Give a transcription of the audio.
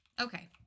Okay